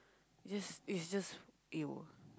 just it's just !eww!